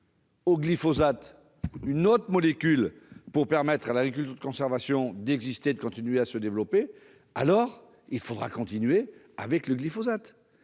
au glyphosate, une autre molécule permettant à l'agriculture de conservation de continuer à se développer, il faudrait continuer avec le glyphosate.